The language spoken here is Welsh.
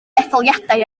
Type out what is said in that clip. etholiadau